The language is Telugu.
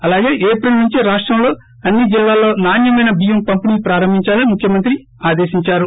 అలాగే ఏప్రిల్ నుంచి రాష్టంలో అన్ని జిల్లాల్లో నాణ్యమైన బియ్యం పంపిణీ ప్రారంభిందాలని ముఖ్యమంత్రి ఆదేశించారు